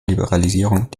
liberalisierung